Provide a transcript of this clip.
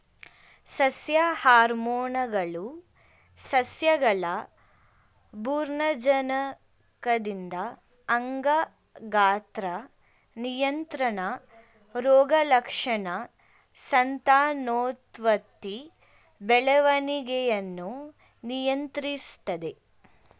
ಸಸ್ಯ ಹಾರ್ಮೋನ್ಗಳು ಸಸ್ಯಗಳ ಭ್ರೂಣಜನಕದಿಂದ ಅಂಗ ಗಾತ್ರ ನಿಯಂತ್ರಣ ರೋಗಲಕ್ಷಣ ಸಂತಾನೋತ್ಪತ್ತಿ ಬೆಳವಣಿಗೆಯನ್ನು ನಿಯಂತ್ರಿಸ್ತದೆ